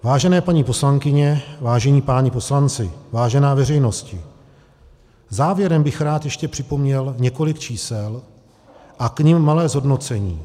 Vážené paní poslankyně, vážení páni poslanci, vážená veřejnosti, závěrem bych rád ještě připomněl několik čísel a k nim malé zhodnocení.